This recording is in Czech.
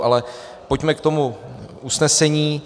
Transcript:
Ale pojďme k tomu usnesení.